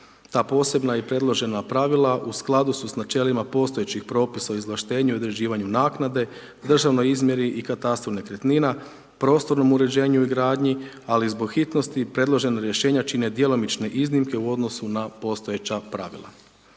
Ta posebna i predložena pravila u skladu su sa načelima postojećih Propisa o izvlaštenju i određivanju naknade, državnoj izmjeri i katastru nekretnina, prostornom uređenju i gradnji, ali zbog hitnosti predložena rješenja čine djelomične iznimke u odnosu na postojeća pravila.